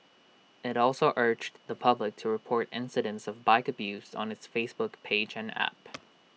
IT also urged the public to report incidents of bike abuse on its Facebook page and app